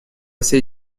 сей